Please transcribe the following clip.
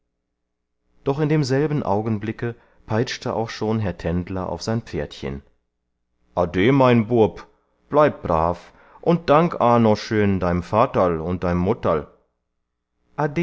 doch in demselben augenblicke peitschte auch schon herr tendler auf sein pferdchen ade mein bub bleib brav und dank aa no schön dei'm vaterl und dei'm mutterl